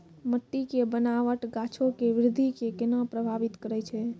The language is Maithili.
मट्टी के बनावट गाछो के वृद्धि के केना प्रभावित करै छै?